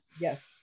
yes